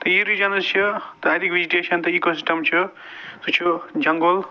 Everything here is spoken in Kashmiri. تہٕ یہِ رِجَنٕز چھِ تہٕ اَتِکۍ وِجٹیشَن تہٕ ایٖکو سِسٹَم چھُ سُہ چھُ جنگُل